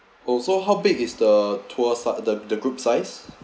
also how big is the tour sa~ the the group size